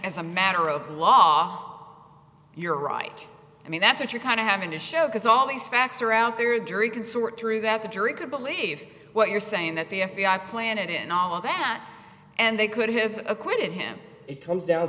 as a matter of law you're right i mean that's what you're kind of having to show because all these facts are out there a jury can sort through that the jury could believe what you're saying that the f b i planted in all of that and they could have acquitted him it comes down